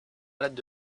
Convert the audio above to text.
malades